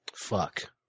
fuck